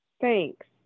Thanks